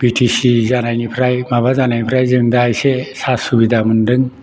बि T C जानायनिफ्राय माबा जानायनिफ्राय जों दा माबा एसे सा सुबिदा मोन्दों